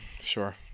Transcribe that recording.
Sure